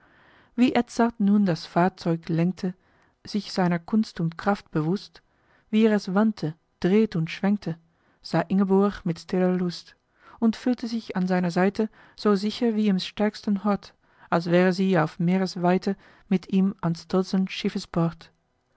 wie edzard nun das fahrzeug lenkte sich seiner kunst und kraft bewußt wie er es wandte dreht und schwenkte sah ingeborg mit stiller lust und fühlte sich an seiner seite so sicher wie im stärksten hort als wäre sie auf meeresweite mit ihm an stolzen schiffes